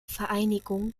vereinigung